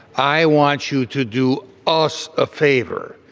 i want you to do us a favor,